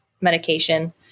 medication